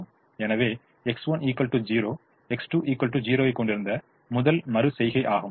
எனவே X1 0 X2 0 ஐக் கொண்டிருந்த முதல் மறு செய்கை ஆகும்